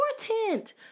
important